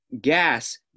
gas